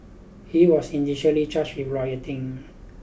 he was initially charged with rioting